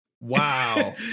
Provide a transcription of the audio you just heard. wow